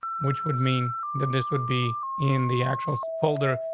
which would mean that this would be in the actual folder,